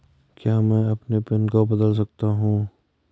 क्या मैं अपने पिन को बदल सकता हूँ?